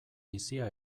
bizia